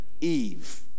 Eve